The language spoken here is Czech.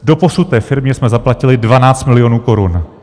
Doposud té firmě jsme zaplatili 12 milionů korun.